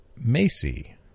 Macy